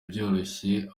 byoroshye